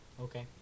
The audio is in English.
Okay